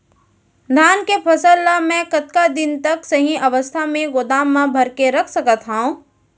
धान के फसल ला मै कतका दिन तक सही अवस्था में गोदाम मा भर के रख सकत हव?